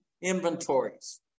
inventories